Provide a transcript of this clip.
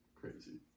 crazy